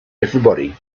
everybody